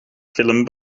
film